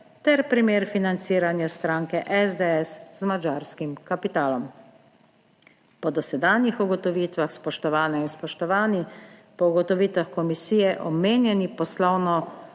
ter primer financiranja stranke SDS z madžarskim kapitalom. Po dosedanjih ugotovitvah, spoštovane in spoštovani, po ugotovitvah komisije, omenjeni poslovno